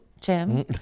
Jim